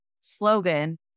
Slogan